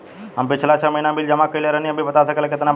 हम पिछला महीना में बिल जमा कइले रनि अभी बता सकेला केतना बाकि बा?